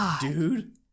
dude